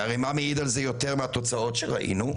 והרי מה מעיד על זה יותר מהתוצאות שראינו,